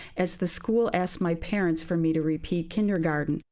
as the school asked my parents for me to repeat kindergarten.